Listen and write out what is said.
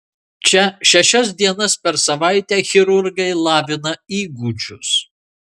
čia šešias dienas per savaitę chirurgai lavina įgūdžius